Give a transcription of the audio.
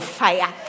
fire